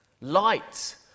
light